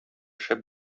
шәп